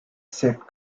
sit